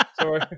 Sorry